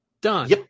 Done